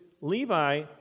Levi